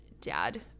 dad